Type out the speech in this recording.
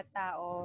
tao